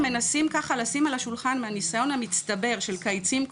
מנסים ככה לשים על השולחן מהניסיון המצטבר של קייצים קודמים,